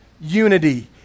unity